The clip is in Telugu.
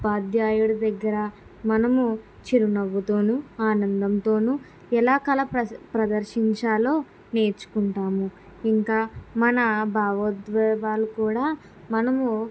ఉపాధ్యాయుడు దగ్గర మనం చిరునవ్వుతోనూ ఆనందంతోనూ ఎలా కల ప్రదర్శించాలో నేర్చుకుంటాము ఇంకా మన భావోద్వేగాలు కూడా మనం